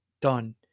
done